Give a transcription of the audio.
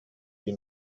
die